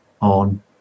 on